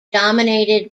dominated